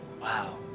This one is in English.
Wow